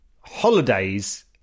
holidays